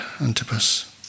Antipas